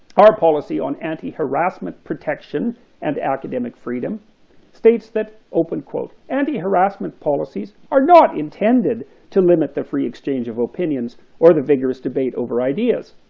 our policy on anti-harassment protection and academic freedom states that anti-harassment policies are not intended to limit the free exchange of opinions or the vigorous debate over ideas.